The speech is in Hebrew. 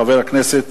חבר הכנסת